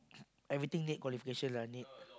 I waiting late qualification lah need